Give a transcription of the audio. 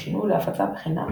לשינוי ולהפצה בחינם